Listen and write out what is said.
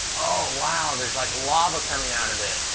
wow. there's like lava coming out of it.